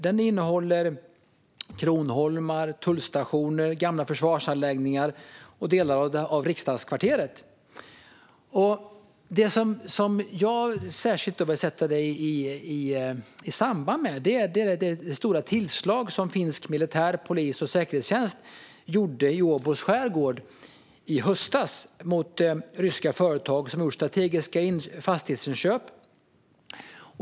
Den innehåller kronholmar, tullstationer, gamla försvarsanläggningar och delar av riksdagskvarteret. Jag vill särskilt sätta det i samband med det stora tillslag som finsk militär, polis och säkerhetstjänst gjorde i Åbos skärgård i höstas mot ryska företag som har gjort strategiska fastighetsköp.